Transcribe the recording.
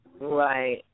Right